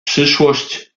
przyszłość